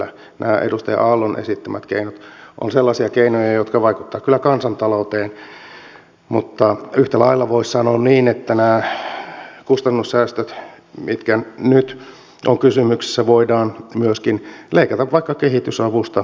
nämä edustaja aallon esittämät keinot ovat sellaisia keinoja jotka vaikuttavat kyllä kansantalouteen mutta yhtä lailla voisi sanoa niin että nämä kustannussäästöt mitkä nyt ovat kysymyksessä voidaan myöskin leikata vaikka kehitysavusta suoraan pois